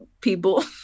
people